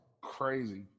crazy